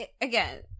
again